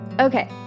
Okay